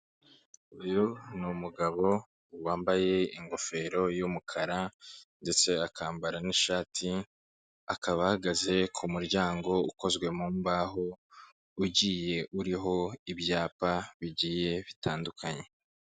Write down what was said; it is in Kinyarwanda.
Uyu ni umugabo wambaye ingofero y'umukara ndetse akambara n'ishati, akaba ahahagaze ku muryango ukozwe mu mbaho ugiye uriho ibyapa bigiye bitandukanye.